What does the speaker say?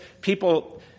people